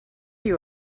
you